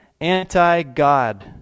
anti-God